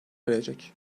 verilecek